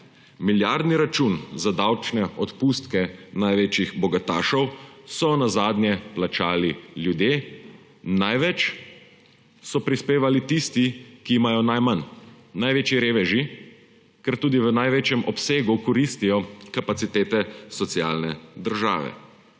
milijardni račun za davčne odpustke največjim bogatašem so nazadnje plačali ljudje, največ so prispevali tisti, ki imajo najmanj, največji reveži, ker tudi v največjem obsegu koristijo kapacitete socialne države.